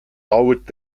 dauert